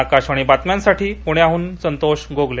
आकशवाणी बातम्यांसाठी पुण्याहून संतोष गोगले